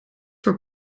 voor